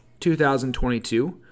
2022